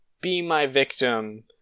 be-my-victim